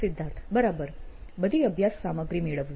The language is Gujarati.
સિદ્ધાર્થ બરાબર બધી અભ્યાસ સામગ્રી મેળવવી